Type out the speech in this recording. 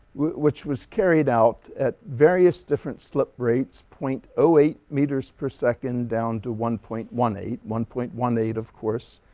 which was carried out at various different slip rates point zero um eight meters per second down to one point one eight. one point one eight, of course,